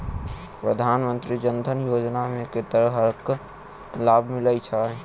प्रधानमंत्री जनधन योजना मे केँ तरहक लाभ मिलय छै?